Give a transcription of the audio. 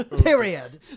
Period